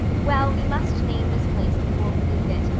well, we must name this place before we leave it,